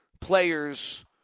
players